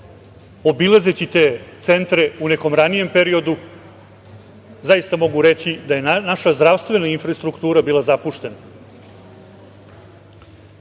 Obilazeći te centre u nekom ranijem periodu zaista mogu reći da je naša zdravstvena infrastruktura bila zapuštena. Posebno